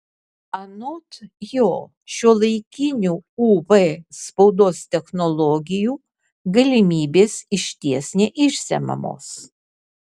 anot jo šiuolaikinių uv spaudos technologijų galimybės išties neišsemiamos